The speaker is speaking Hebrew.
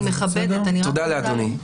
תודה, אדוני.